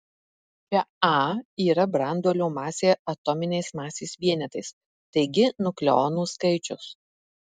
čia a yra branduolio masė atominiais masės vienetais taigi nukleonų skaičius